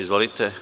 Izvolite.